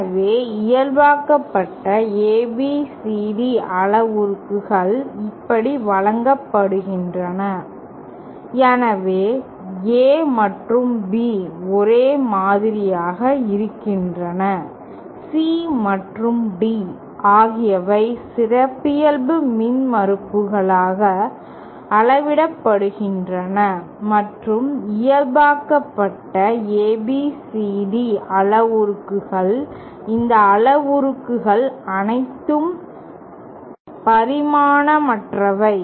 எனவே இயல்பாக்கப்பட்ட ABCD அளவுருக்கள் இப்படி வழங்கப்படுகின்றன எனவே A மற்றும் B ஒரே மாதிரியாக இருக்கின்றன C மற்றும் D ஆகியவை சிறப்பியல்பு மின்மறுப்புகளால் அளவிடப்படுகின்றன மற்றும் இயல்பாக்கப்பட்ட ABCD அளவுருக்களில் இந்த அளவுருக்கள் அனைத்தும் பரிமாணமற்றவை